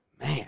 man